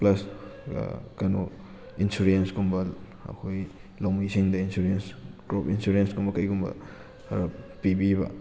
plus ꯀꯩꯅꯣ insurance ꯀꯨꯝꯕ ꯑꯩꯈꯣꯏ ꯂꯧꯃꯤꯁꯤꯡꯗ ꯏꯟꯁꯨꯔꯦꯟꯁ ꯀ꯭ꯔꯣꯞ ꯏꯟꯁꯨꯔꯦꯟꯁ ꯀꯨꯝꯕ ꯀꯔꯤꯒꯨꯝꯕ ꯈꯔ ꯄꯤꯕꯤꯕ